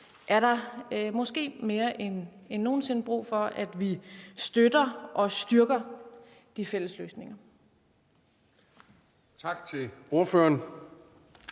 er der måske mere end nogen sinde brug for, at vi støtter og styrker de fælles løsninger. Kl. 18:12 Anden